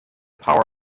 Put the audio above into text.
power